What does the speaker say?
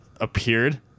appeared